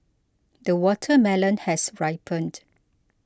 the watermelon has ripened